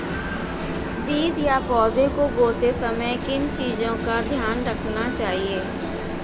बीज या पौधे को बोते समय किन चीज़ों का ध्यान रखना चाहिए?